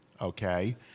Okay